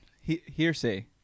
Hearsay